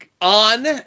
on